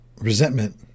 resentment